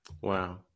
Wow